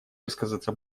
высказаться